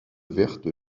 verte